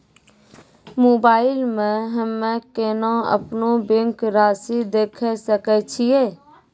Mobile मे हम्मय केना अपनो बैंक रासि देखय सकय छियै?